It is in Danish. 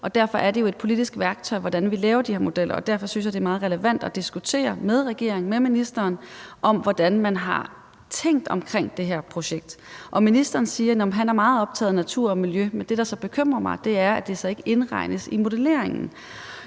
Derfor er det jo et politisk værktøj, hvordan vi laver de her modeller, og derfor synes jeg, det er meget relevant at diskutere med regeringen og med ministeren, hvad man har tænkt omkring det her projekt. Ministeren siger, at han er meget optaget af natur og miljø, men det, der så bekymrer mig, er, at det ikke indregnes i modelleringen,